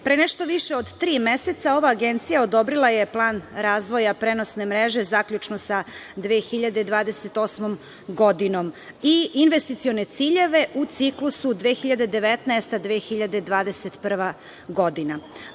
pre nešto više od tri meseca, ova agencija je odobrila plan razvoja prenosne mreže, zaključno sa 2028. godinom i investicione ciljeve, u ciklusu 2019. – 2021. godina.